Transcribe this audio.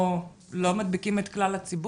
או לא מדביקים את כלל הציבור?